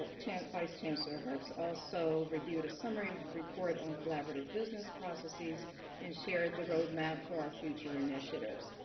ah chance by chance are herbs also reviewed a summary report on collaborative business processes and share the road map for our future initiatives.